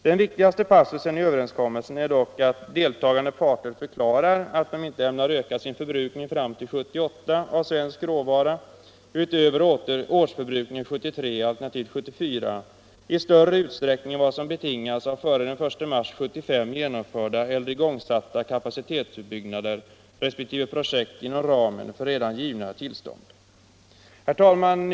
Den viktigaste passusen i överenskommelsen är dock att deltagande parter förklarar att de inte ämnar öka sin förbrukning fram till 1978 av svensk råvara utöver årsförbrukningen 1973, alternativt 1974, i större utsträckning än vad som betingas av före den 1 mars 1975 genomförda eller igångsatta kapacitetsutbyggnader resp. projekt inom ramen för redan givna tillstånd. Herr talman!